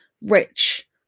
rich